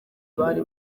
bari